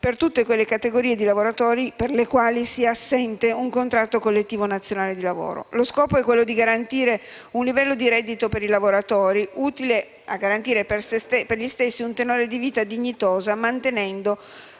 per tutte quelle categorie di lavoratori per le quali sia assente un contratto collettivo nazionale di lavoro. Lo scopo è garantire un livello di reddito per i lavoratori, utile a garantire per gli stessi un tenore di vita dignitosa, mantenendo,